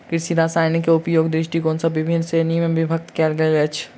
कृषि रसायनकेँ उपयोगक दृष्टिकोण सॅ विभिन्न श्रेणी मे विभक्त कयल गेल अछि